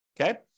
Okay